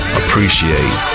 appreciate